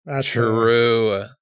True